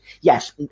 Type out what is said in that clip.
yes